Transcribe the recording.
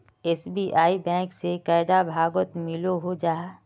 SBI bank से कैडा भागोत मिलोहो जाहा?